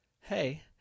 hey